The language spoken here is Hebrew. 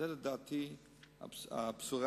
זו לדעתי הבשורה: